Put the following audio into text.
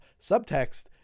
Subtext